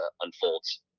unfolds